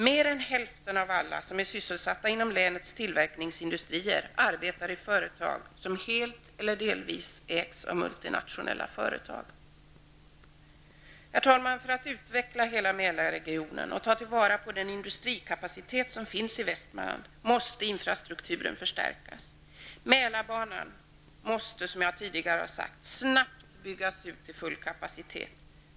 Mer än hälften av alla som är sysselsatta inom länets tillverkningsindustrier arbetar i företag som helt eller delvis ägs av multinationella företag. Herr talman! För att utveckla hela Mälarregionen och ta till vara den industrikapacitet som finns i Västmanland måste infrastrukturen förstärkas. Mälarbanan måste som jag tidigare har sagt snabbt byggas ut till full kapacitet.